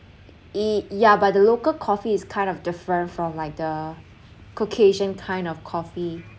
!ee! yeah but the local coffee is kind of different from like the caucasian kind of coffee